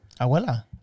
Abuela